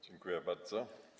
Dziękuję bardzo.